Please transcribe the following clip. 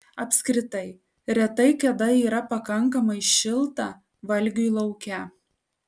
apskritai retai kada yra pakankamai šilta valgiui lauke